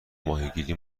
ماهیگیری